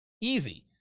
Easy